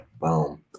Boom